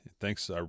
Thanks